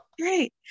Great